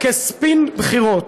כספין בחירות.